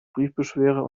briefbeschwerer